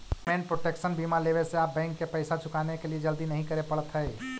payment protection बीमा लेवे से आप बैंक के पैसा चुकाने के लिए जल्दी नहीं करे पड़त हई